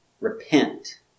repent